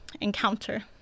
encounter